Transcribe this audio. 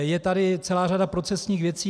Je tady celá řada procesních věcí.